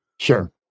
sure